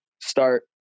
start